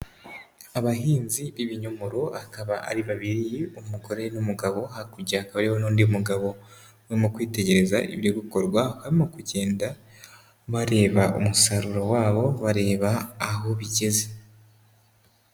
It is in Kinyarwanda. Abahinzi b'ibinyomoro akaba ari babiri umugore n'umugabo, hakurya hakaba hariho n'undi mugabo urimo kwitegereza ibiri gukorwa, barimo kugenda bareba umusaruro wabo, bareba aho bigeze.